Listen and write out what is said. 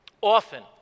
Often